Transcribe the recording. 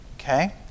Okay